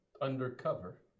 Undercover